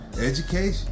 education